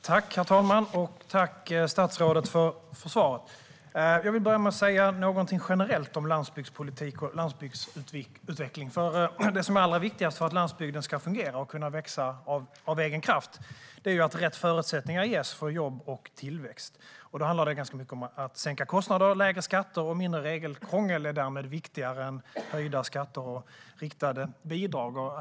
Herr talman! Tack, statsrådet, för svaret! Jag vill börja med att säga något generellt om landsbygdspolitik och landsbygdsutveckling. Det som är allra viktigast för att landsbygden ska fungera och kunna växa av egen kraft är att rätt förutsättningar ges för jobb och tillväxt. Då handlar det ganska mycket om sänkta kostnader och lägre skatter, och mindre regelkrångel är därmed viktigare än höjda skatter och riktade bidrag.